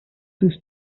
this